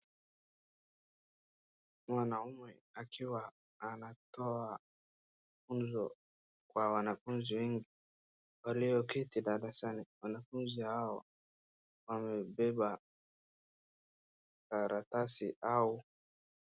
Mwanaume akiwa natoa funzo kwa wanafunzi wengi waloketi darasani. Wanafunzi hao wamebeba karatasi.